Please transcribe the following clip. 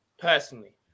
personally